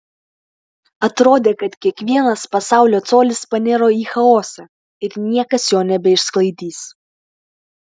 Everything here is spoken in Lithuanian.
atrodė kad kiekvienas pasaulio colis paniro į chaosą ir niekas jo nebeišsklaidys